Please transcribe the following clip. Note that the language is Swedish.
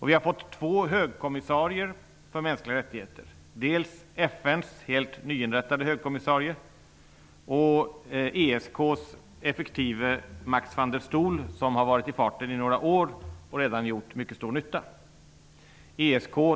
Vi har fått två högkommissarier för mänskliga rättigheter, dels FN:s helt nyinrättade högkommissarie, dels ESK:s effektive Max van der Stoel som har varit i farten några år, och redan gjort mycket stor nytta.